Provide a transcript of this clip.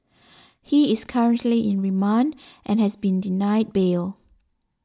he is currently in remand and has been denied bail